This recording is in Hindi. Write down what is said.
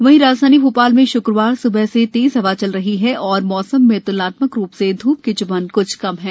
वहीं राजधानी भोपाल में श्क्रवार स्बह से तेज हवा चल रही है और मौसम त्लनात्मक रूप से ध्रप की च्भन क्छ कम है